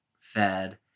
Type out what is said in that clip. fed